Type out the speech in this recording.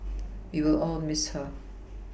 we will all Miss her